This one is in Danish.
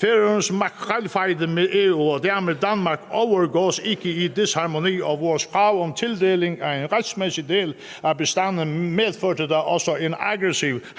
Færøernes makrelfejde med EU og dermed Danmark overgås ikke i disharmoni, og vores krav om tildeling af en retsmæssig del af bestanden medførte da også en aggressiv handels-